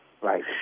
Right